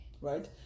Right